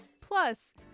Plus